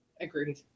Agreed